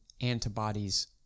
antibodies